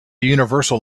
universal